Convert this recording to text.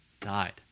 died